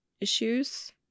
issues